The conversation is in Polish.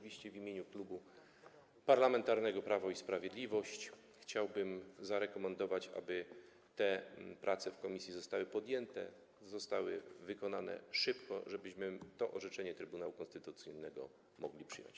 W imieniu Klubu Parlamentarnego Prawo i Sprawiedliwość chciałbym także zarekomendować, zaproponować, aby te prace w komisji zostały podjęte, zostały przeprowadzone szybko, abyśmy to orzeczenie Trybunału Konstytucyjnego mogli przyjąć.